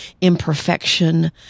imperfection